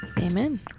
Amen